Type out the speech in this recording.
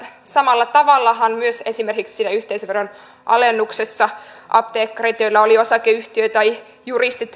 samalla tavallahan myös esimerkiksi siinä yhteisöveron alennuksessa apteekkarit joilla oli osakeyhtiö tai juristit